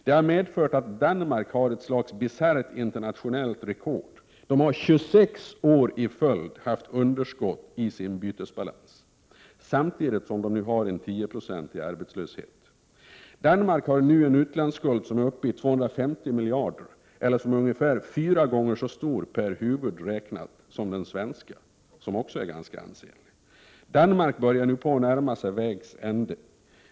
Det har medfört att Danmark har ett slags bisarrt internationellt rekord: I 26 år i följd har man haft underskott i bytesbalansen samtidigt som man har en 10-procentig arbetslöshet. Danmark har nu en utlandsskuld som är uppe i 250 miljarder, eller ungefär fyra gånger så stor per huvud räknat som den svenska, som också är ganska ansenlig. Danmark närmar sig nu vägs ände.